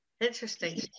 Interesting